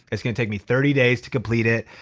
it's gonna take me thirty days to complete it.